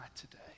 today